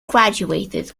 graduated